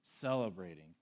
celebrating